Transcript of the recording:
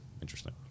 interesting